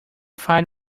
find